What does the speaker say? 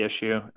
issue